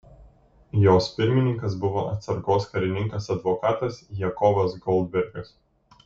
jos pirmininkas buvo atsargos karininkas advokatas jakovas goldbergas